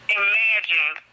imagine